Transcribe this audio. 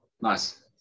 Nice